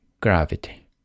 gravity